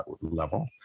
level